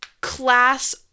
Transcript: class